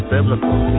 Biblical